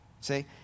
See